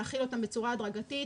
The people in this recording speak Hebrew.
להכיל אותם בצורה הדרגתית,